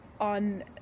on